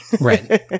Right